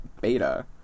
Beta